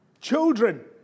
Children